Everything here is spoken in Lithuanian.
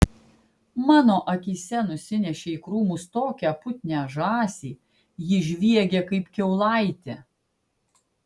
mano akyse nusinešė į krūmus tokią putnią žąsį ji žviegė kaip kiaulaitė